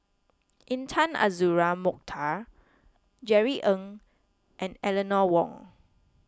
Intan Azura Mokhtar Jerry Ng and Eleanor Wong